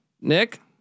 Nick